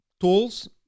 tools